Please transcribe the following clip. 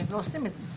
אבל הם לא עושים את זה.